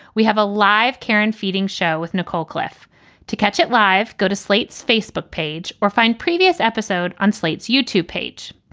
we have a live karren feeding show with nicole cliffe to catch it live. go to slate's facebook page or find previous episode on slate's youtube page.